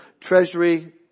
treasury